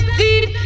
deep